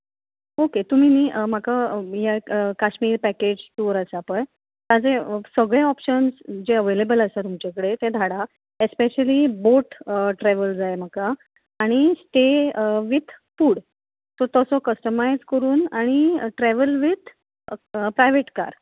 okay तुमी न्ही म्हाका काश्मीर पॅकेज टूर आसा पळय ताचे सगळे ऑपशन्स जे अवैलेबल आसा तुमचे कडेन ते धाडात स्पॅशली बोट ट्रॅवल जाय म्हाका आनी स्टे वीथ फूड सो तसो कस्टमायज करून आनी ट्रॅवल वीथ प्रायव्हेट कार